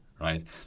right